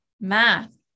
math